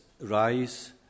rise